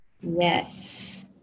yes